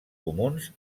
comuns